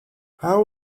how